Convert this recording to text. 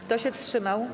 Kto się wstrzymał?